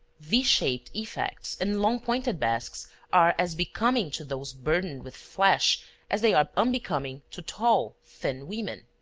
v-shaped effects and long-pointed basques are as becoming to those burdened with flesh as they are unbecoming to tall, thin women.